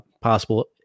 possible